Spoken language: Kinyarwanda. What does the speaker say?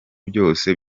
byose